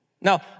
Now